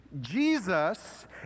Jesus